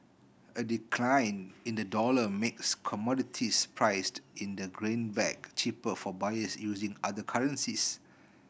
a decline in the dollar makes commodities priced in the greenback cheaper for buyers using other currencies